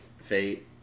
fate